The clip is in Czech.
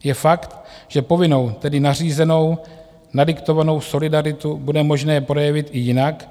Je fakt, že povinnou, tedy nařízenou, nadiktovanou solidaritu bude možné projevit i jinak.